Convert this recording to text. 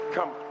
Come